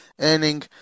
earning